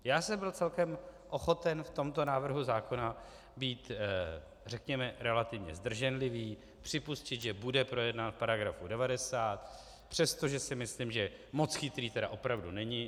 Byl jsem celkem ochoten v tomto návrhu zákona být, řekněme, relativně zdrženlivý, připustit, že bude projednán v § 90, přestože si myslím, že moc chytrý tedy opravdu není.